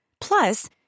Plus